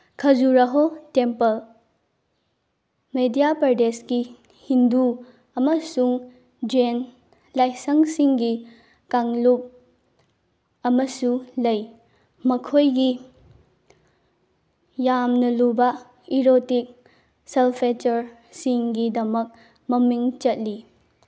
Khajuraho temple Madhya ꯄ꯭ꯔꯗꯦꯁꯀꯤ ꯍꯤꯟꯗꯨ ꯑꯃꯁꯨꯡ ꯖꯦꯟ ꯂꯥꯏꯁꯪꯁꯤꯡꯒꯤ ꯀꯥꯡꯂꯨꯞ ꯑꯃꯁꯨ ꯂꯩ ꯃꯈꯣꯏꯒꯤ ꯌꯥꯝꯅ ꯂꯨꯕ ꯏꯔꯣꯇꯤꯛ ꯁꯦꯜꯐꯦꯆꯔꯁꯤꯡꯒꯤꯗꯃꯛ ꯃꯃꯤꯡ ꯆꯠꯂꯤ